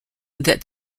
that